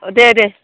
दे दे